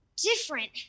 different